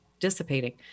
dissipating